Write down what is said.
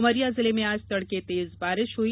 उमरिया जिले में आज तडके तेज बारिश हुई